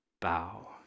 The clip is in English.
bow